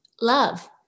love